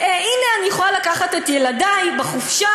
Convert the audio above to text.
הנה אני יכולה לקחת את ילדי בחופשה,